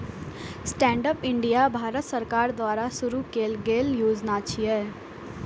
stand up India Bharat सरकार द्वारा शुरू कैल गेल योजना छियै